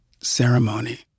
ceremony